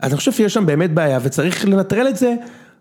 ‫אז אני חושב שיש שם באמת בעיה ‫וצריך לנטרל את זה.